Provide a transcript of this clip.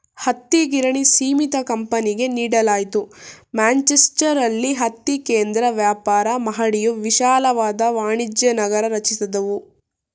ಹತ್ತಿಗಿರಣಿ ಸೀಮಿತ ಕಂಪನಿಗೆ ನೀಡಲಾಯ್ತು ಮ್ಯಾಂಚೆಸ್ಟರಲ್ಲಿ ಹತ್ತಿ ಕೇಂದ್ರ ವ್ಯಾಪಾರ ಮಹಡಿಯು ವಿಶಾಲವಾದ ವಾಣಿಜ್ಯನಗರ ರಚಿಸಿದವು